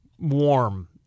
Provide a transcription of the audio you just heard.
Warm